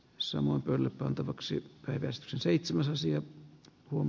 samoin kantavaksi veistoksen seitsemänsiä kun